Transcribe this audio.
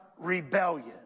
rebellion